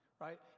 right